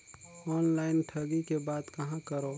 Online ठगी के बाद कहां करों?